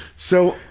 so,